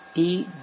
D D